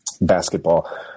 basketball